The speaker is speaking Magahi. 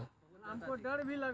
कनइल के फर जहर होइ छइ